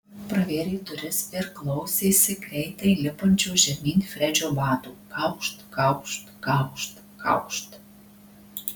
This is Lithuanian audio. pravėrė duris ir klausėsi greitai lipančio žemyn fredžio batų kaukšt kaukšt kaukšt kaukšt